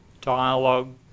dialogue